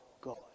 God